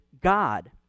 God